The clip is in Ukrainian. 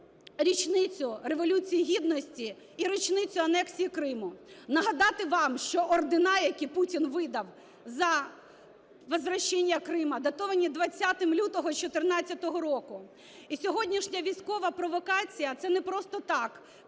річницю Революції Гідності і річницю анексії Криму. Нагадати вам, що ордена, які Путін видав "За возвращение Крыма", датовані 20 лютого 14-го року. І сьогоднішня військова провокація – це не просто так,